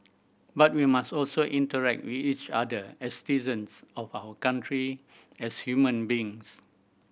but we must also interact with each other as of our country as human beings